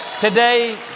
Today